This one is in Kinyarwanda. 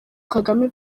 kagame